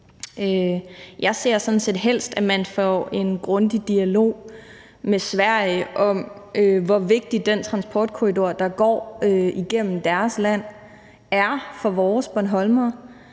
Jeg ser sådan set helst, at man får en grundig dialog med Sverige om, hvor vigtig den transportkorridor, der går igennem deres land, er for vores bornholmere.